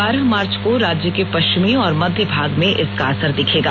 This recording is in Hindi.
बारह मार्च को राज्य के पश्चिमी और मध्य भाग में इसका असर दिखेगा